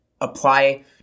apply